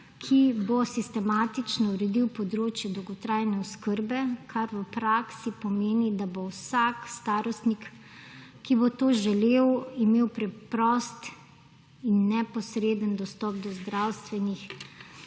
ki bo sistematično uredil področje dolgotrajne oskrbe, kar v praksi pomeni, da bo vsak starostnik, ki bo to želel, imel preprost in neposreden dostop do zdravstvenih